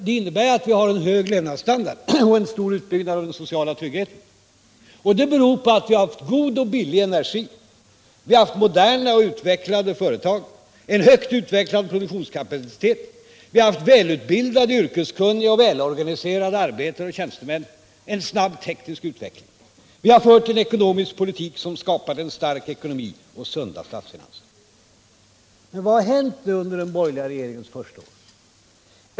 Det innebär att vi har en hög levnadsstandard och en hög utbyggnad av den sociala tryggheten — därför att vi haft god och billig energi, moderna och utvecklade företag, högt utvecklad produktionskapacitet, väl utbildade, yrkeskunniga och väl organiserade arbetare och tjänstemän och en snabb teknisk utveckling. Vi har fört en ekonomisk politik som skapat en stark ekonomi och sunda statsfinanser. Men vad har hänt under den borgerliga regeringens första år?